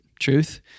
truth